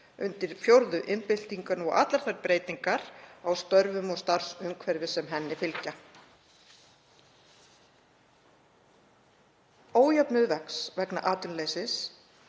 undir fjórðu iðnbyltinguna og allar þær breytingar á störfum og starfsumhverfi sem henni fylgja. Ójöfnuður vex vegna atvinnuleysis,